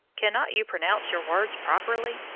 cannot you pronounce your words properly?